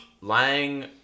Lying